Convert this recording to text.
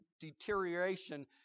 deterioration